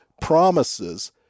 promises